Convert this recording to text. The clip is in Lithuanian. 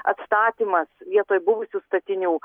atstatymas vietoj buvusių statinių